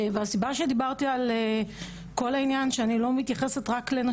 הסיבה שדיברתי על כל העניין שאני לא מתייחסת רק לזכויות